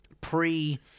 pre